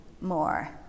more